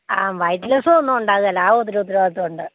ആ വയറ്റിൽ അസുഖം ഒന്നും ഉണ്ടാകുകയില്ല ആ ഒരു ഉത്തരവാദിത്തം ഉണ്ട്